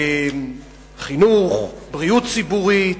בחינוך, בבריאות ציבורית,